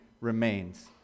remains